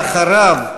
ואחריו,